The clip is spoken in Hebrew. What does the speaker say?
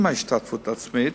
עם השתתפות עצמית,